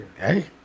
Hey